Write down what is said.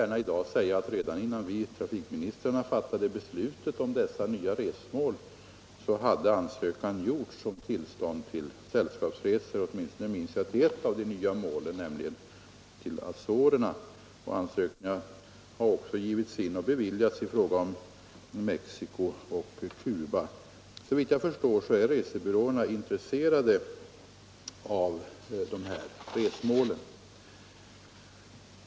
Redan innan trafikministrarna fattade beslut om dessa nya resmål hade ansökan inkommit om tillstånd till sällskapsresor till åtminstone ett av de nya målen, nämligen till Azorerna. Ansökningar har också inkommit och beviljats när det gäller resor till Mexico och Cuba. Såvitt jag förstår är resebyråerna också intresserade av de resmålen.